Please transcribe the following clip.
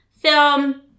film